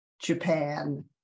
Japan